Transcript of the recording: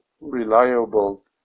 reliable